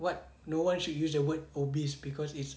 what no one should use the word obese cause it's